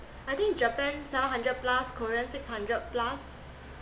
I think japan seven hundred plus korea six hundred plus